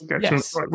Yes